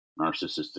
narcissistic